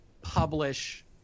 publish